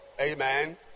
Amen